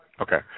Okay